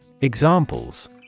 Examples